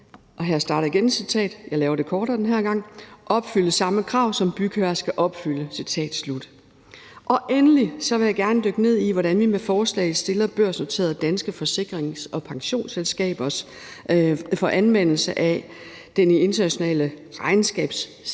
og her starter jeg igen på et citat, men jeg laver det kortere den her gang, at »opfylde de samme krav, som bygherre skal opfylde«. Endelig vil jeg gerne dykke ned i, hvordan vi med forslaget stiller børsnoterede danske forsikrings- og pensionsselskaber i forhold til anvendelse af den internationale regnskabsstandard